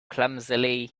clumsily